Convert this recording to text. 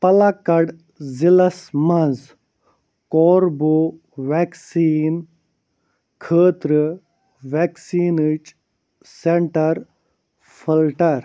پلاکڑ ضلعس مَنٛز کوربِو ویکسیٖن خٲطرٕ ویکسیٖنٕچ سینٹر فِلٹر